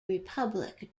republic